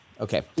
Okay